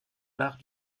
l’art